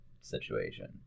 situation